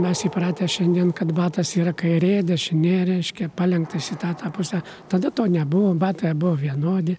mes įpratę šiandien kad batas yra kairė dešinė reiškia palenktas į tą tą pusę tada to nebuvo batai abu vienodi